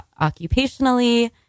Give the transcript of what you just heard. occupationally